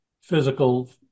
physical